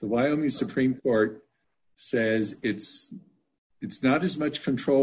the wyoming supreme court says it's it's not as much control